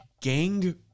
gang